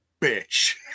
bitch